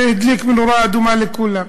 שהדליק נורה אדומה לכולם.